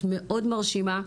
את מאוד מרשימה.